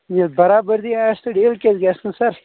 ییٚلہِ برابٔدی آسہِ تہٕ ڈیٖل کیازِ گژھِ نہٕ سر